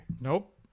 nope